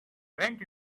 went